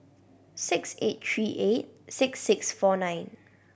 six eight three eight six six four nine